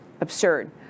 absurd